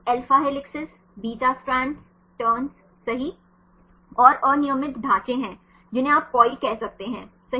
alpha helices beta strands turns सही और अनियमित ढांचे हैं जिन्हें आप कॉइल कह सकते हैं सही